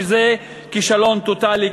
שזה כישלון טוטלי,